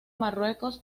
marruecos